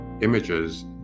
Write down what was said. images